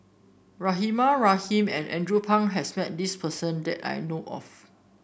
Rahimah Rahim and Andrew Phang has met this person that I know of